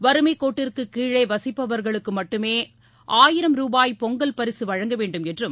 வறுமை கோட்டிற்கு கீழே வசிப்பவர்களுக்கு மட்டுமே ஆயிரம் ரூபாய் பொங்கல் பரிசு வழங்கவேண்டும் என்றும்